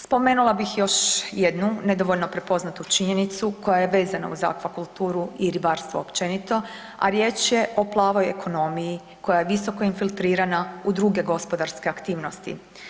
Spomenula bih još jednu nedovoljno prepoznatu činjenicu koja je vezana uz akvakulturu i ribarstvo općenito, a riječ je o plavoj ekonomiji koja je visoko infiltrirana u druge gospodarske aktivnosti.